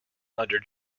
under